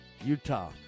Utah